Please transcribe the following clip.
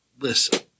listen